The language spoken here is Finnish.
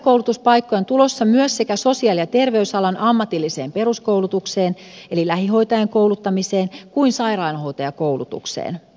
lisäkoulutuspaikkoja on tulossa myös sekä sosiaali ja terveysalan ammatilliseen peruskoulutukseen eli lähihoitajien kouluttamiseen että sairaanhoitajakoulutukseen